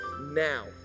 now